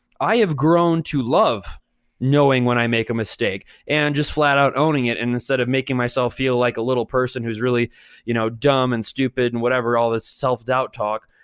i have grown to love knowing when i make a mistake and just flat out owning it. and instead of making myself feel like a little person who's really you know dumb and stupid and whatever, all this self-doubt talk,